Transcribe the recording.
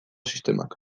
sistemak